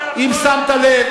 אם שמת לב,